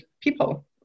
people